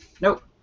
Nope